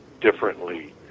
differently